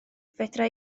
fedra